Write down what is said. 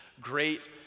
great